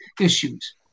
issues